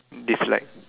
dislike